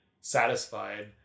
satisfied